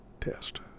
test